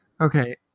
Okay